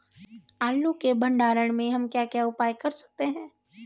आलू के भंडारण में हम क्या क्या उपाय कर सकते हैं?